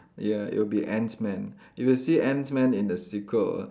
ya it'll be ant man if you see ant man in the sequel ah